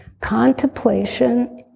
contemplation